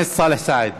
חבר הכנסת סאלח סעד,